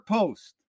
Post